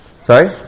Sorry